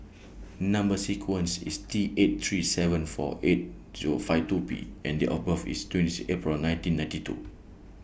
Number sequence IS T eight three seven four eight Zero five two P and Date of birth IS twenty six April nineteen ninety two